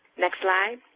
next slide.